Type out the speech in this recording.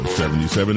77